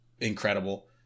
incredible